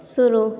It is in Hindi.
शुरु